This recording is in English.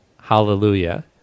hallelujah